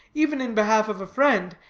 even in behalf of a friend,